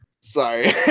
sorry